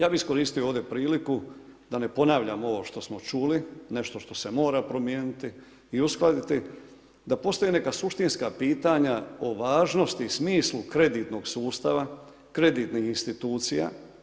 Ja bih iskoristio ovdje priliku da ne ponavljam ovo što smo čuli nešto što se mora promijeniti i uskladiti, da postoji neka suštinska pitanja o važnosti i smislu kreditnog sustava, kreditnih institucija.